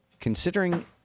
Considering